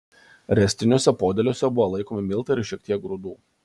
ręstiniuose podėliuose buvo laikomi miltai ir šiek tiek grūdų